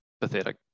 pathetic